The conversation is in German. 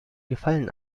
gefallen